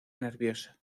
nerviosa